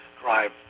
drive